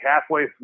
halfway